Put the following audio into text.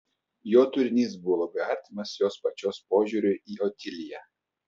jo turinys buvo labai artimas jos pačios požiūriui į otiliją